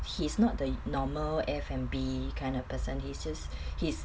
he's not the normal F&B kind of person he just he's